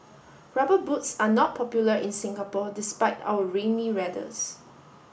rubber boots are not popular in Singapore despite our rainy weathers